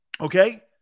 okay